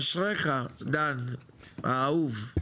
אשריך, דן האהוב.